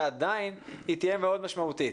ועדיין היא תהיה מאוד משמעותית,